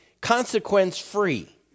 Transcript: consequence-free